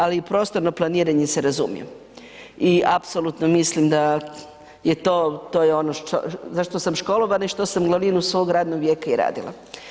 Ali u prostorno planiranje se razumijem i apsolutno mislim da je to, to je ono za što sam školovana i što sam glavninu svog radnog vijeka i radila.